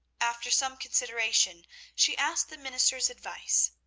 after some consideration she asked the minister's advice.